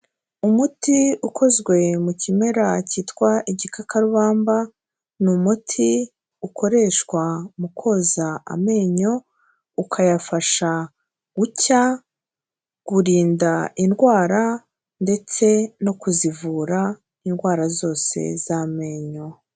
Umuti ukozwe mu kimera cyitwa igikakarubamba, ni umuti ukoreshwa mu koza amenyo, ukayafasha gucya gurinda indwara ndetse no kuzivura indwara zose z'amenyo.